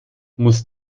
muss